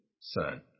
Son